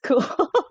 cool